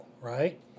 right